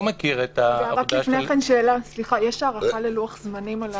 סליחה, שאלה, יש הערכה ללוח זמנים על זה?